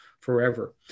forever